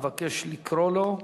אבקש לקרוא לו.